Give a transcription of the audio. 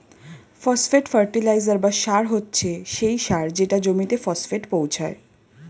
phosphate fertiliser বা সার হচ্ছে সেই সার যেটা জমিতে ফসফেট পৌঁছায়